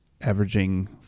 averaging